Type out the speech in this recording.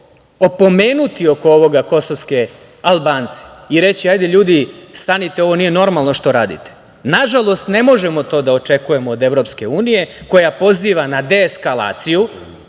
opomenuti oko ovoga kosovske Albance i reći – hajde ljudi, stanite, ovo nije normalno što radite. Nažalost, ne možemo to da očekujemo od EU, koja poziva na deeskalaciju,